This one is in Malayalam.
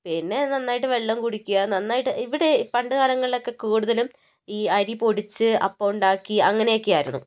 പിന്നെ നന്നായിട്ട് വെള്ളം കുടിക്കുക നന്നായിട്ട് ഇവിടെ പണ്ടുകാലങ്ങളിലോക്കെ കൂടുതലും ഈ അരി പൊടിച്ച് അപ്പം ഉണ്ടാക്കി അങ്ങനെയൊക്കെ ആയിരുന്നു